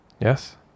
yes